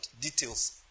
details